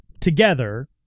together